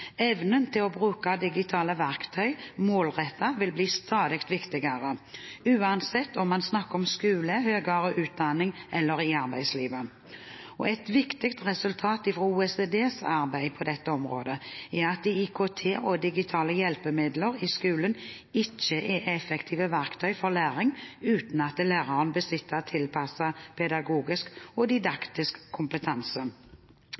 bruke digitale verktøy målrettet vil bli stadig viktigere, uansett om man snakker om skole, høyere utdanning eller arbeidslivet. Et viktig resultat fra OECDs arbeid på dette området er at IKT og digitale hjelpemidler i skolen ikke er effektive verktøy for læring uten at læreren besitter tilpasset pedagogisk og didaktisk kompetanse.